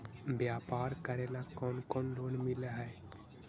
व्यापार करेला कौन कौन लोन मिल हइ?